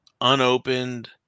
unopened